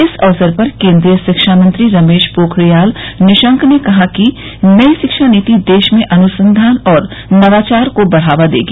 इस अवसर पर केन्द्रीय शिक्षा मंत्री रमेश पोखरियाल निशंक ने कहा कि नई शिक्षा नीति देश में अनुसंघान और नवाचार को बढ़ावा देगी